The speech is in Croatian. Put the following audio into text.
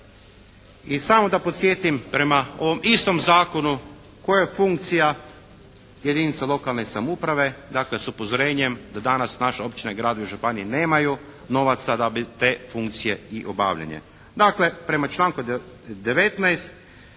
I samo da podsjetim prema ovom istom zakonu koja je funkcija jedinica lokalne samouprave? Dakle s upozorenjem da danas naša općina, gradovi i županije nemaju novaca da bi te funkcije i obavljale.